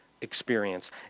experience